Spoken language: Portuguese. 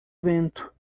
vento